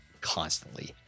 constantly